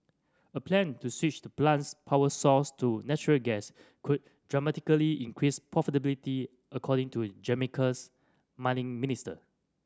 a plan to switch the plant's power source to natural gas could dramatically increase profitability according to Jamaica's mining minister